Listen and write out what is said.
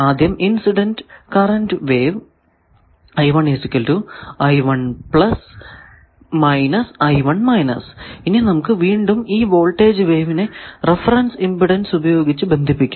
ആദ്യം incident current wave ഇനി നമുക്ക് വീണ്ടും ഈ വോൾടേജ് വേവിനെ റഫറൻസ് ഇമ്പിഡൻസ് ഉപയോഗിച്ച് ബന്ധിപ്പിക്കാം